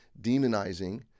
demonizing